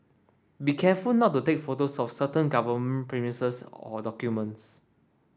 be careful not to take photos of certain government premises or documents